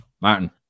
Martin